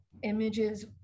images